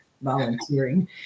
volunteering